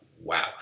wow